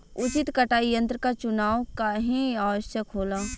उचित कटाई यंत्र क चुनाव काहें आवश्यक होला?